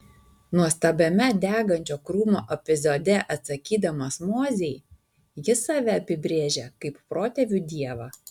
nuostabiame degančio krūmo epizode atsakydamas mozei jis save apibrėžia kaip protėvių dievą